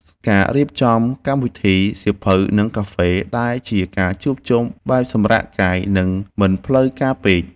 ការរៀបចំកម្មវិធី សៀវភៅ និងកាហ្វេ ដែលជាការជួបជុំបែបសម្រាកកាយ និងមិនផ្លូវការពេក។